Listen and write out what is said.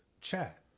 chat